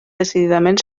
decididament